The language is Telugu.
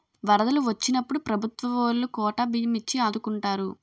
వరదలు వొచ్చినప్పుడు ప్రభుత్వవోలు కోటా బియ్యం ఇచ్చి ఆదుకుంటారు